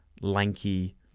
lanky